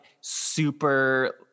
super